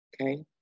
Okay